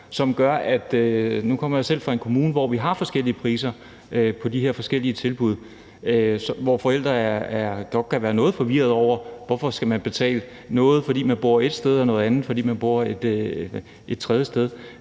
det her. Nu kommer jeg selv fra en kommune, hvor vi har forskellige priser på de her forskellige tilbud, og hvor forældre godt kan være noget forvirrede over, hvorfor man skal betale noget, fordi man bor ét sted, og noget andet, fordi man bor et andet sted.